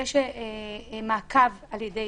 יש מעקב על ידי